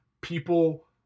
people